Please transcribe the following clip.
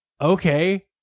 okay